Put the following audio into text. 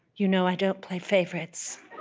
you know i don't play favorites